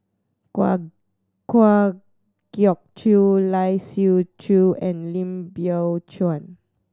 Kwa Kwa Geok Choo Lai Siu Chiu and Lim Biow Chuan